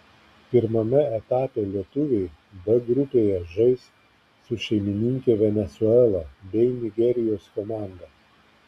pirmame etape lietuviai b grupėje žais su šeimininke venesuela bei nigerijos komanda